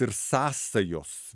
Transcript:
ir sąsajos